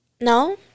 no